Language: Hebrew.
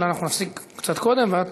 אלא אנחנו נפסיק קצת קודם ואת